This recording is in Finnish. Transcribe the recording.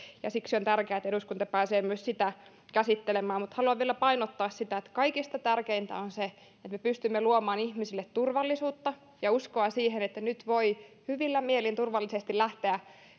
ja siksi on tärkeää että eduskunta pääsee myös sitä käsittelemään mutta haluan vielä painottaa sitä että kaikista tärkeintä on se että me pystymme luomaan ihmisille turvallisuutta ja uskoa siihen että nyt voi hyvillä mielin turvallisesti lähteä